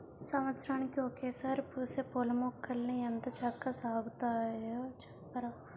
సంవత్సరానికి ఒకసారే పూసే పూలమొక్కల్ని ఎంత చక్కా సాగుచెయ్యాలి సెప్పరా?